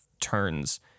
turns